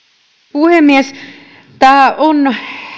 puhemies tämä on